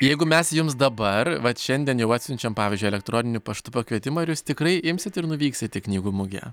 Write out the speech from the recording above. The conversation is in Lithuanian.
jeigu mes jums dabar vat šiandien jau atsiunčiam pavyzdžiui elektroniniu paštu pakvietimą ir jūs tikrai imsit ir nuvyksit į knygų mugę